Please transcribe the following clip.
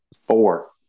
Four